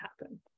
happen